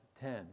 ten